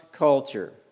culture